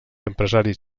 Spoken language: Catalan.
empresaris